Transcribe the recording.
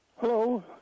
Hello